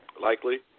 likely